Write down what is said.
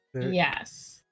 yes